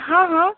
ହଁ ହଁ